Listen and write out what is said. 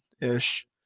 ish